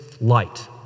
light